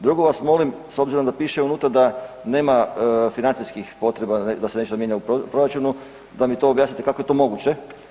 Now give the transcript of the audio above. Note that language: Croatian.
Drugo vas molim s obzirom da piše unutra da nema financijskih potreba da se nešto mijenja u proračunu da mi to objasnite kako je to moguće?